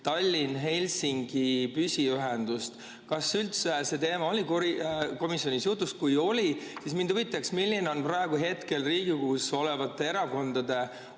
Tallinna–Helsingi püsiühendust. Kas see teema oli üldse komisjonis jutuks? Kui oli, siis mind huvitaks, milline on praeguste Riigikogus olevate erakondade